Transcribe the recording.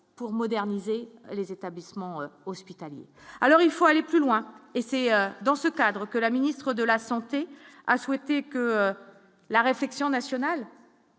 pour moderniser les établissements hospitaliers. Alors il faut aller plus loin et c'est dans ce cadre que la ministre de la Santé a souhaité que la réflexion nationale.